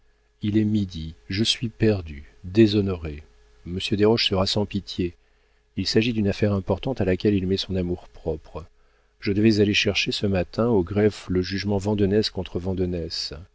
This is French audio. il est midi je suis perdu déshonoré monsieur desroches sera sans pitié il s'agit d'une affaire importante à laquelle il met son amour-propre je devais aller chercher ce matin au greffe le jugement vandenesse contre vandenesse